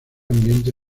ambiente